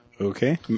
Okay